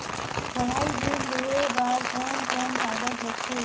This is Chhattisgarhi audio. पढ़ाई ऋण लेहे बार कोन कोन कागज लगथे?